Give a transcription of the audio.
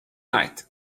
night